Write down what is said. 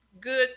good